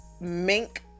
mink